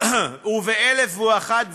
ובאלף ואחד דברים.